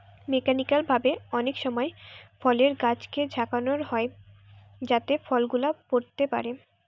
mechanical ভাবে অনেক সময় ফলের গাছকে ঝাঁকানো হয় যাতে ফল গুলা পড়তে পারে